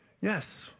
Yes